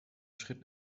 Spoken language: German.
schritt